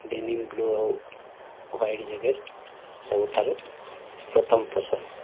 denim blue ଆଉ white jacket ସବୁଠାରୁ ପ୍ରଥମ ପସନ୍ଦ